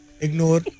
ignore